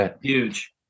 Huge